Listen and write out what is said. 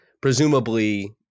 presumably